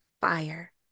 fire